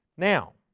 now